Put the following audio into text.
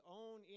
own